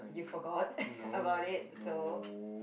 you forgot about it so